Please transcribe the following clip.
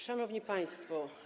Szanowni Państwo!